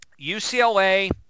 UCLA